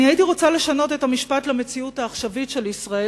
הייתי רוצה לשנות את המשפט למציאות העכשוויות של ישראל,